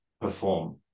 perform